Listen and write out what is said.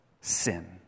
sin